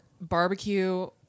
barbecue